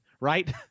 right